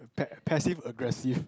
pa~ passive aggressive